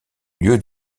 lieu